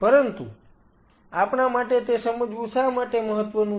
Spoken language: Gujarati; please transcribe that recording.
પરંતુ આપણા માટે તે સમજવું શા માટે મહત્વનું છે